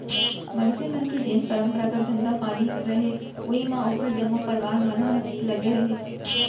मनसे मन के जेन परपंरागत धंधा पानी रहय उही म ओखर जम्मो परवार मन ह लगे रहय